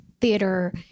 theater